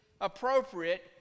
appropriate